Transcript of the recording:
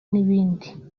n’ibindi